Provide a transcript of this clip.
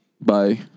Bye